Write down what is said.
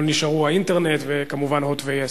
אבל נשארו האינטרנט וכמובן "הוט" ו-yes.